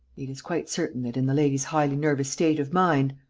it is quite certain that, in the lady's highly nervous state of mind.